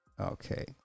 Okay